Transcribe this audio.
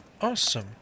awesome